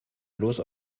los